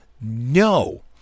No